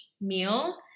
meal